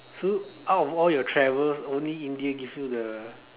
so out of all your travels only India gives you the